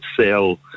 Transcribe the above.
sell